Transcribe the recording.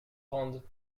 rende